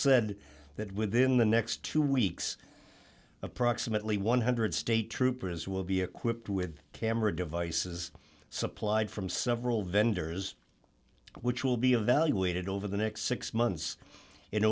said that within the next two weeks approximately one hundred state troopers will be equipped with camera devices supplied from several vendors which will be evaluated over the next six months in